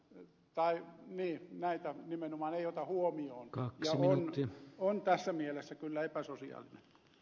vai mihin näitä nimenomaan ei velkoja huomioon ja on tässä mielessä kyllä epäsosiaalinen